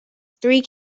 three